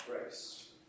grace